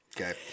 Okay